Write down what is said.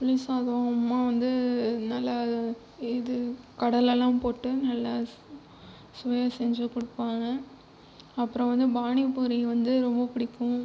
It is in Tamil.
புளிசாதம் அம்மா வந்து நல்லா இது கடலைலாம் போட்டு நல்லா சு சுவையா செஞ்சு கொடுப்பாங்க அப்புறம் வந்து பானி பூரி வந்து ரொம்ப பிடிக்கும்